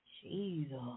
Jesus